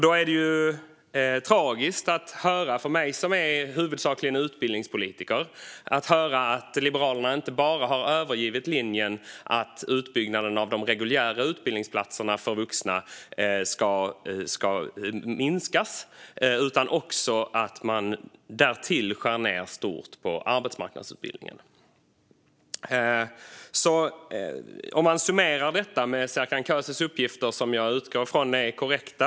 Då är det, för mig som huvudsakligen är utbildningspolitiker, tragiskt att höra att Liberalerna inte bara har övergivit linjen att utbyggnaden av de reguljära utbildningsplatserna för vuxna ska fortgå utan därtill skär ned stort på arbetsmarknadsutbildningen. Man kan summera detta med Serkan Köses uppgifter, som jag utgår från är korrekta.